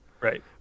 Right